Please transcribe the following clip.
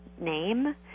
name